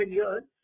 years